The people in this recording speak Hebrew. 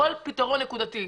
כל פתרון נקודתי,